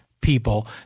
people